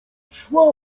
szła